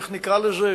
איך נקרא לזה?